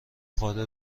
قادر